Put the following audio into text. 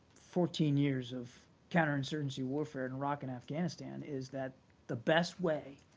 fourteen years of counterinsurgency warfare in iraq and afghanistan is that the best way,